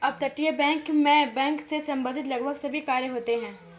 अपतटीय बैंक मैं बैंक से संबंधित लगभग सभी कार्य होते हैं